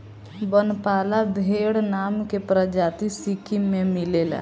बनपाला भेड़ नाम के प्रजाति सिक्किम में मिलेले